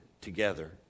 together